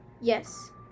Yes